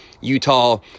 Utah –